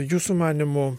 jūsų manymu